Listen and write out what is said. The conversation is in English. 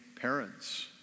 parents